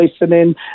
listening